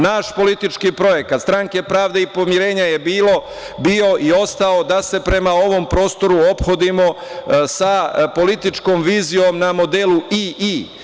Naš politički projekat, Stranke pravde i pomirenja, je bio i ostao da se prema ovom prostoru ophodimo sa političkom vizijom na modelu "i - i"